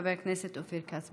חבר הכנסת אופיר כץ,